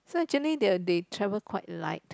so actually they they travel quite light